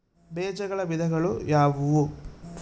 ಬೇಜಗಳ ವಿಧಗಳು ಯಾವುವು?